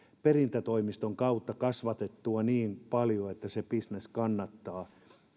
perintätoimiston kautta kasvatettua niin paljon että se bisnes kannattaa